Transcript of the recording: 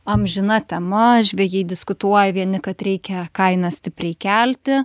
amžina tema žvejai diskutuoj vieni kad reikia kainą stipriai kelti